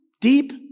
deep